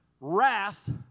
wrath